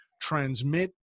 transmit